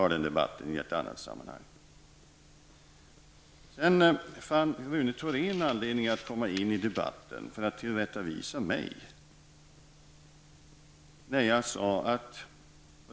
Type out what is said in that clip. Rune Thorén fann anledning att gå in i debatten för att tillrättavisa mig.